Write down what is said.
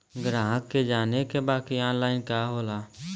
ग्राहक के जाने के बा की ऑनलाइन का होला?